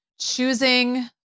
choosing